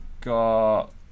got